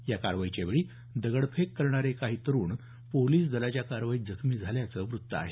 या कारवाईच्या वेळी दगडफेक करणारे काही तरुण पोलिस दलाच्या कारवाईत जखमी झाल्याचं वृत्त आहे